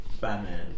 Batman